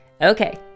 Okay